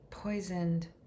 poisoned